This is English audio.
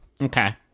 Okay